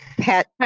Pet